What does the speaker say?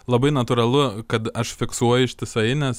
labai natūralu kad aš fiksuoju ištisai nes